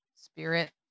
spirit